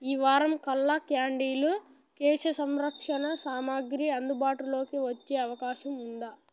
ఈ వారం కల్లా క్యాండీలు కేశ సంరక్షణ సామాగ్రి అందుబాటులోకి వచ్చే అవకాశం ఉందా